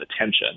attention